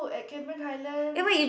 at Cameron-Highland